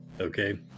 okay